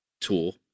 tool